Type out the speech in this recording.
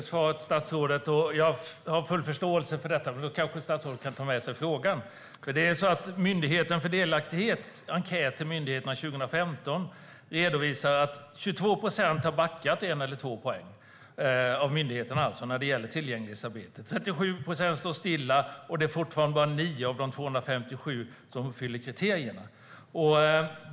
Fru talman! Tack, statsrådet, för svaret! Jag har full förståelse för detta. Men då kanske statsrådet kan ta med sig frågan. En enkät från Myndigheten för delaktighet 2015 redovisar att 22 procent av myndigheterna har backat 1 eller 2 poäng när det gäller tillgänglighetsarbetet. 37 procent står stilla, och det är fortfarande bara nio av de 257 som uppfyller kriterierna.